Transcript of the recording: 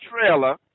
trailer